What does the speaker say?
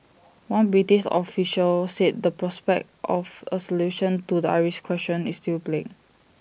one British official said the prospect of A solution to the Irish question is still bleak